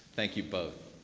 thank you both.